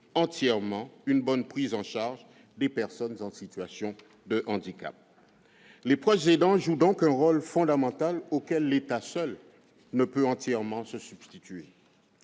entièrement une bonne prise en charge des personnes en situation de handicap. Les proches aidants jouent donc un rôle fondamental, et l'État ne peut entièrement se substituer